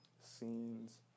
scenes